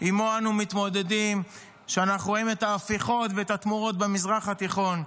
שעימו אנו מתמודדים כשאנחנו רואים את ההפיכות והתמורות במזרח התיכון.